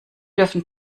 dürfen